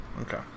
Okay